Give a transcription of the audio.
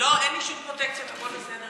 לא, אין לי שום פרוטקציות, הכול בסדר.